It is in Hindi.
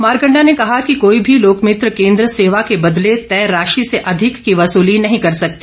मारकंडा ने कहा कि कोई भी लोकमित्र केंद्र सेवा के बदले तय राशि से अधिक की वसूली नहीं कर सकते